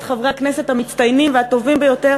חברי הכנסת המצטיינים והטובים ביותר,